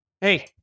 hey